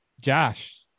Josh